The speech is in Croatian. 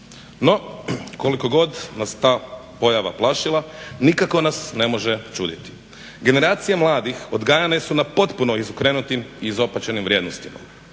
No, koliko god nas ta pojava plašila nikako nas ne može čuditi. Generacije mladih odgajane su na potpuno izokrenutim i izopačenim vrijednostima